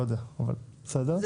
לא יודע, אבל בסדר,